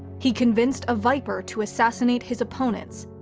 he convinced a viper to assassinate his opponents,